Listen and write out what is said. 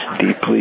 deeply